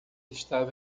estava